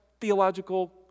theological